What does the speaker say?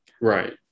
Right